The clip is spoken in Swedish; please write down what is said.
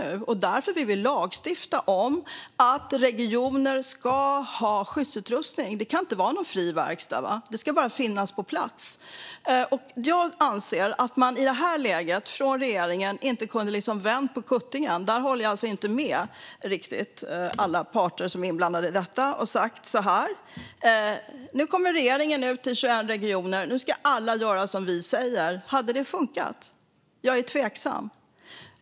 Det är därför vi vill lagstifta om att regioner ska ha skyddsutrustning. Det kan inte vara en fri verkstad, utan den ska bara finnas på plats. Jag anser att regeringen i det här läget inte kunde ha vänt på kuttingen. Där håller jag inte med alla inblandade parter som har sagt att regeringen ska komma ut till de 21 regionerna och alla ska göra som man säger. Hade det funkat? Jag är tveksam.